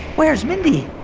where's mindy?